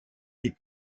est